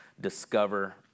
discover